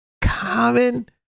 Common